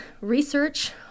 research